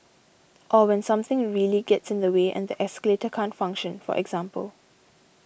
or when something really gets in the way and the escalator can't function for example